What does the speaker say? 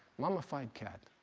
mummified cat.